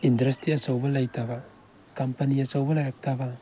industry ꯑꯆꯧꯕ ꯂꯩꯇꯕ company ꯑꯆꯧꯕ ꯂꯩꯔꯛꯇꯕ